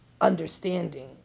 understanding